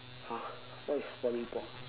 !huh! what is polly pock~